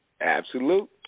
Absolute